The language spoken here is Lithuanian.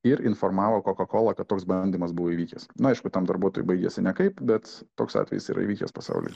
ir informavo kokakolą kad toks bandymas buvo įvykęs nu aišku tam darbuotojui baigėsi nekaip bet toks atvejis yra įvykęs pasauly